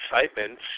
excitement